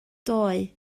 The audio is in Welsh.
doe